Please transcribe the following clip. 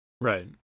Right